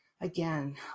again